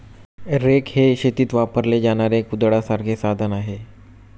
rake हे शेतीत वापरले जाणारे कुदळासारखे साधन आहे